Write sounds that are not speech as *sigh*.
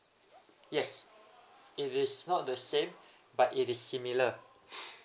yes it is not the same but it is similar *breath*